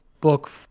book